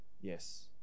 yes